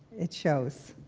it shows.